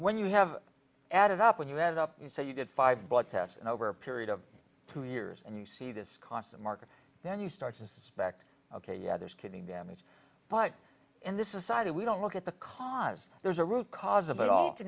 when you have added up when you add up you say you get five blood tests and over a period of two years and you see this constant market then you start to suspect ok yeah there's kidney damage but and this is cited we don't look at the cause there's a root cause of it all to